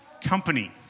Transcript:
company